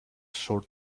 short